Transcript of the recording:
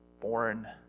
born